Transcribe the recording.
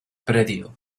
predio